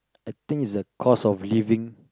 I think it's the cost of living